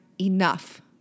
enough